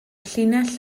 llinell